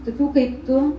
tokių kaip tu